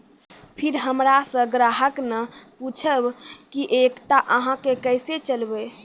फिर हमारा से ग्राहक ने पुछेब की एकता अहाँ के केसे चलबै?